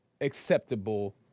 acceptable